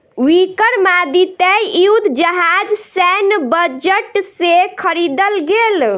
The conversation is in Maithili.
विक्रमादित्य युद्ध जहाज सैन्य बजट से ख़रीदल गेल